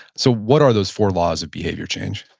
so what are those four laws of behavior change?